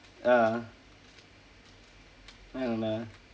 ah வேண்டாம்:vaendaam dah